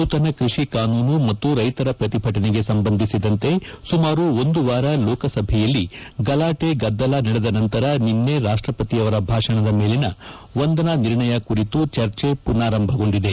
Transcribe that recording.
ನೂತನ ಕೃಷಿ ಕಾನೂನು ಮತ್ತು ರೈತರ ಪ್ರತಿಭಟನೆಗೆ ಸಂಬಂಧಿಸಿದಂತೆ ಸುಮಾರು ಒಂದು ವಾರ ಲೋಕಸಭೆಯಲ್ಲಿ ಗಲಾಟೆ ಗದ್ದಲ ನಡೆದ ನಂತರ ನಿನ್ನೆ ರಾಷ್ಟಪತಿ ಅವರ ಭಾಷಣದ ಮೇಲಿನ ವಂದನಾ ನಿರ್ಣಯ ಕುರಿತು ಚರ್ಚೆ ಪುನಾರಂಭಗೊಂಡಿದೆ